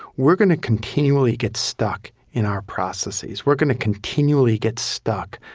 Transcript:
we're going to continually get stuck in our processes. we're going to continually get stuck,